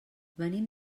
venim